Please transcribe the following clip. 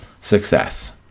Success